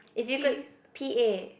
if you could P_A